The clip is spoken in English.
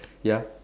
ya